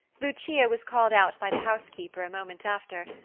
lucia was called out by the housekeeper a moment after,